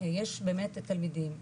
יש באמת תלמידים,